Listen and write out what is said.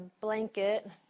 blanket